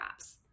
apps